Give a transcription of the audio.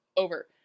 Over